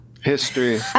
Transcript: History